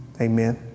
Amen